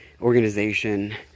organization